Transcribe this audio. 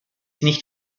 nicht